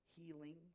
healing